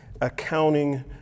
accounting